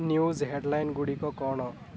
news ହେଡ୍ଲାଇନ୍ଗୁଡ଼ିକ କ'ଣ